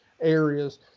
areas